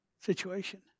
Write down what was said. situation